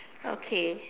okay